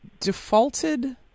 defaulted